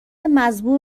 مزبور